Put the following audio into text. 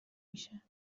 میشه